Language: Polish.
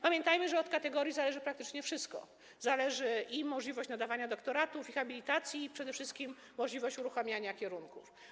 Pamiętajmy, że od kategorii zależy praktycznie wszystko, także możliwość prowadzenia doktoratów i habilitacji, a przede wszystkim możliwość uruchamiania kierunków.